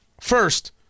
First